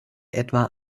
etwa